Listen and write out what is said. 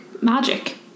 magic